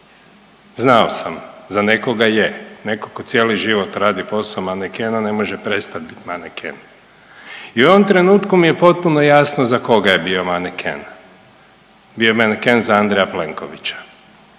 Znao sam, za nekoga je. Netko tko cijeli život radi posao manekena ne može prestati maneken. I u ovom trenutku mi je potpuno jasno za koga je bio maneken. Bio je maneken za Andreja Plenkovića,